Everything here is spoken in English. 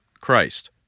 Christ